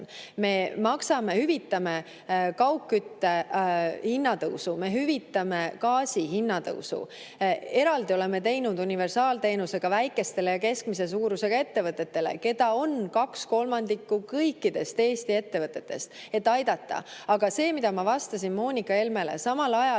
Me hüvitame kaugkütte hinna tõusu, me hüvitame gaasi hinna tõusu, eraldi oleme teinud universaalteenuse ka väikestele ja keskmise suurusega ettevõtetele, keda on kaks kolmandikku kõikidest Eesti ettevõtetest, et aidata. Aga see, mida ma vastasin Moonika Helmele – samal ajal